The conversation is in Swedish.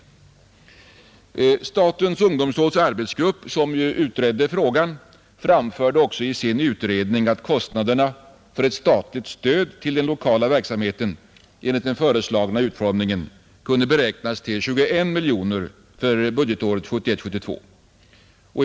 Statens ungdomsråds arbetsgrupp, som ju utredde frågan, framförde också i sin utredning att kostnaderna för ett statligt stöd till den lokala verksamheten enligt den föreslagna utformningen kunde beräknas till 21 miljoner kronor för budgetåret 1971/72.